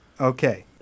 Okay